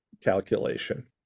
calculation